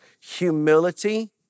humility